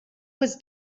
was